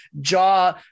jaw